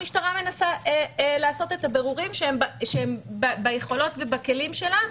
המשטרה מנסה לעשות את הבירורים שהם ביכולות ובכלים שלה,